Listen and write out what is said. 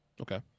Okay